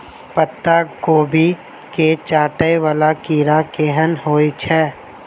पत्ता कोबी केँ चाटय वला कीड़ा केहन होइ छै?